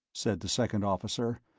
said the second officer,